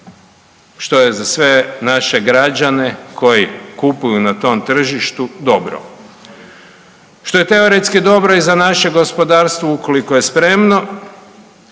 što je za sve naše građane koji kupuju na tom tržištu dobro, što je teoretski dobro i za naše gospodarstvo ukoliko je spremno,